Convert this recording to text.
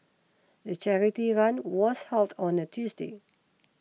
the charity run was held on a Tuesday